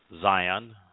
Zion